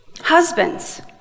Husbands